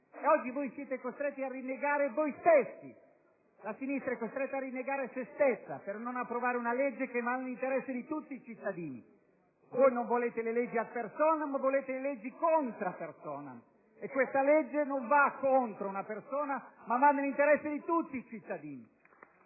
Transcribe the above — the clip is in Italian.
Oggi siete costretti a rinnegare voi stessi! La sinistra è costretta a rinnegare se stessa, per non approvare una legge che va nell'interesse di tutti i cittadini. Voi non volete le leggi *ad personam*, volete le leggi *contra personam*. E questa legge non va contro una persona, ma va nell'interesse di tutti i cittadini!